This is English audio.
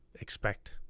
expect